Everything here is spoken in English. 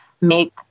make